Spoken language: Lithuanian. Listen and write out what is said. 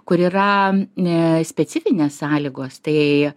kur yra ne specifinės sąlygos tai